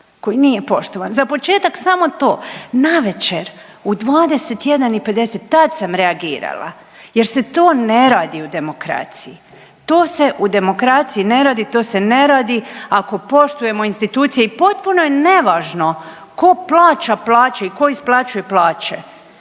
koji nije poštovan, za početak samo to. Navečer u 21 i 50 tad sam reagirala jer se to ne radi u demokraciji, to se u demokraciji ne radi, to se ne radi ako poštujemo institucije i potpuno je nevažno ko plaća plaće i ko isplaćuje plaće,